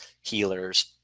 healers